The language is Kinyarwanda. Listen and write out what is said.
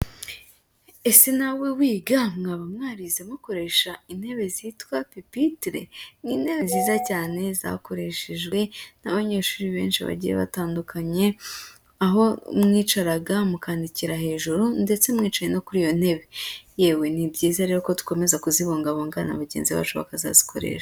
Ese nawe wiga mwaba mwarize mukoresha intebe zitwa pupitre? Ni intebe nziza cyane zakoreshejwe n'abanyeshuri benshi bagiye batandukanye, aho mwicaraga mukandikira hejuru ndetse mwicaye no kuri iyo ntebe. Yewe ni byiza rero ko dukomeza kuzibungabunga na bagenzi bacu bakazazikoresha.